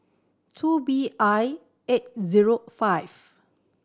two B I eight zero five